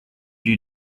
you